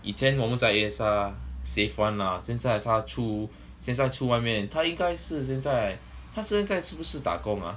以前我们 A_S_R safe one lah 现在她出现在出外面她应该是现在她现在是不是打工 ah